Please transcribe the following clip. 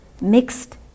mixed